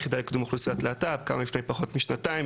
היחידה לקיום אוכלוסיית להט"ב קמה לפני פחות משנתיים,